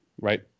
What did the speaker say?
right